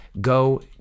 go